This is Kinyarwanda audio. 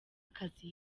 akazi